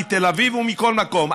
מתל אביב ומכל מקום,